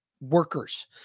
Workers